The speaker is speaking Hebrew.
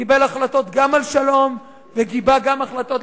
הוא קיבל החלטות על שלום וגם קיבל החלטות,